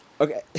Okay